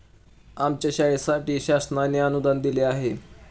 आमच्या शाळेसाठी शासनाने अनुदान दिले आहे